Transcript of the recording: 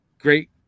great